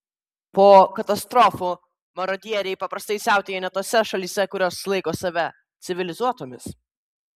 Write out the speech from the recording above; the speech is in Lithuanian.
po katastrofų marodieriai paprastai siautėja net tose šalyse kurios laiko save civilizuotomis